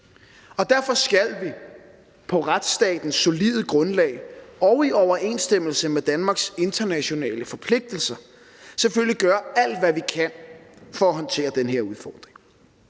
og derfor skal vi på retsstatens solide grundlag og i overensstemmelse med Danmarks internationale forpligtelser selvfølgelig gøre alt, hvad vi kan, for at håndtere den her udfordring.